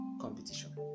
competition